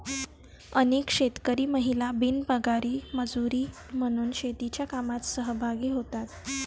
अनेक शेतकरी महिला बिनपगारी मजुरी म्हणून शेतीच्या कामात सहभागी होतात